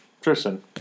Tristan